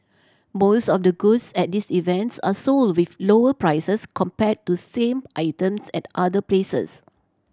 most of the goods at this events are sold with lower prices compared to same items at other places